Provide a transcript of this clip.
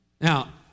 Now